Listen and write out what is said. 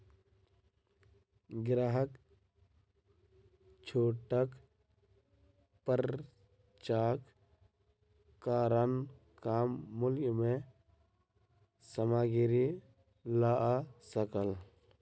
ग्राहक छूटक पर्चाक कारण कम मूल्य में सामग्री लअ सकल